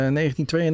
1992